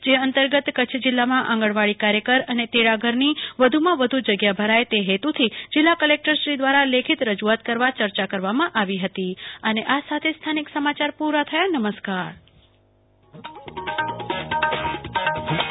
જે અંતર્ગત કચ્છ જિલ્લામાં આંગણવાડી કાર્યકર અને તેડાગરની વધુ માં વધુ જગ્યા ભરાયતે હેતુ થીજિલ્લા કલેકટરશ્રી દ્વારા લેખિત રજુઆત કરવા ચર્ચા કરવામાં આવી હતી કલ્પના શાહ